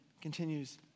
continues